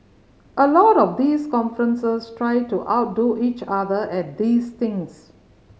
a lot of these conferences try to outdo each other at these things